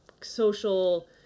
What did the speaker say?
social